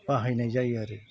बाहायनाय जायो आरो